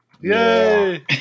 Yay